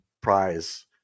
prize